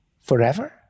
Forever